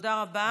תודה רבה.